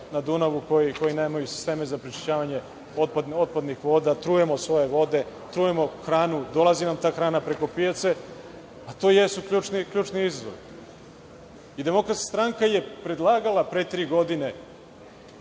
na Dunavu koji nemaju sisteme za prečišćavanje otpadnih voda. Trujemo svoje vode, trujemo hranu, dolazi nam ta hrana preko pijace, a to jesu ključni izazovi. Demokratska stranka je predlagala pre tri godine,